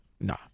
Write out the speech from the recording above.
Nah